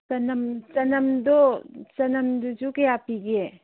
ꯆꯅꯝ ꯆꯅꯝꯗꯣ ꯆꯅꯝꯗꯨꯁꯨ ꯀꯌꯥ ꯄꯤꯒꯦ